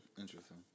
Interesting